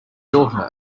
daughter